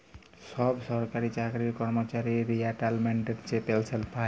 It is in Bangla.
ছব সরকারি চাকরির কম্মচারি রিটায়ারমেল্টে যে পেলসল পায়